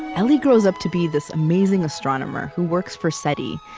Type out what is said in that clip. ellie grows up to be this amazing astronomer who works for seti,